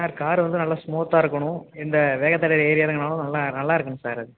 sir car வந்து நல்லா ஸ்மூத்தாக இருக்கணும் எந்த வேகத்தடையில் ஏறி இறங்குனாலும் நல்லா நல்லா இருக்கணும் சார் அது